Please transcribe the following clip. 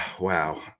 wow